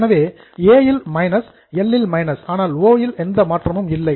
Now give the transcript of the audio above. எனவே ஏ இல் minus L இல் மைனஸ் ஆனால் ஓ இல் எந்த மாற்றமும் இல்லை